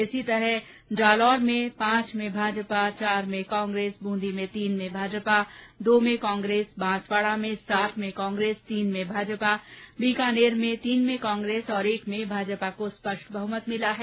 इसी तरह जालौर में पांच में भाजपा चार में कांग्रेस बुंदी में तीन में भाजपा दो में कांग्रेस बांसवाडा में सात में कांग्रेस तीन में भाजपा बीकानेर में तीन में कांग्रेस और एक में भाजपा को स्पष्ट बहमत मिला है